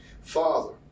Father